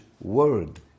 word